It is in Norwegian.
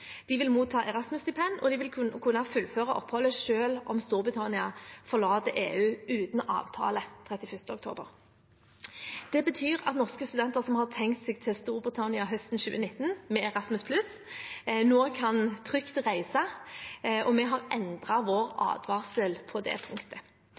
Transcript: De vil motta Erasmus-stipend, og de vil kunne fullføre oppholdet selv om Storbritannia forlater EU uten avtale 31. oktober. Det betyr at norske studenter som har tenkt seg til Storbritannia høsten 2019 med Erasmus+, nå trygt kan reise, og vi har endret vår